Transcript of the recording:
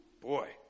Boy